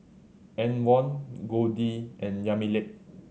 Antwon Goldie and Yamilet